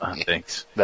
thanks